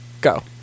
Go